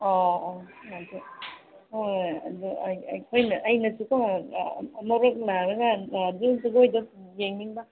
ꯑꯣ ꯑꯣ ꯑꯗꯨ ꯎꯝ ꯑꯗꯨ ꯑꯩꯈꯣꯏꯅ ꯑꯩꯅꯁꯨꯀꯣ ꯑꯃꯨꯔꯛ ꯂꯥꯛꯂꯒ ꯑꯗꯨꯝ ꯖꯒꯣꯏꯗꯣ ꯌꯦꯡꯅꯤꯡꯕ